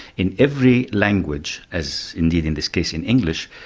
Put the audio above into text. in every language, as indeed in this case in english,